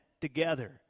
together